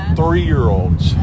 three-year-olds